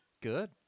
Good